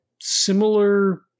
similar